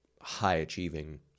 high-achieving